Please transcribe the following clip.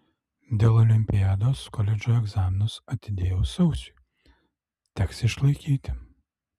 dėl olimpiados koledžo egzaminus atidėjau sausiui teks išlaikyti